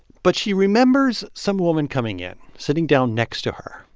but she remembers some woman coming in, sitting down next to her.